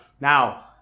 Now